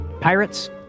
pirates